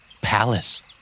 Palace